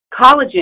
Collagen